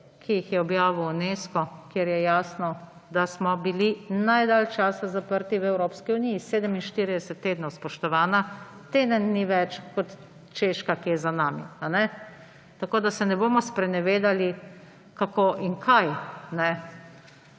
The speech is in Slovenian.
ki jih je pravkar objavil Unesco, kjer je jasno, da smo bili najdalj časa zaprti v Evropski uniji, 47 tednov, spoštovana, teden dni več kot Češka, ki je za nami. Tako da se ne bomo sprenevedali, kako in kaj, in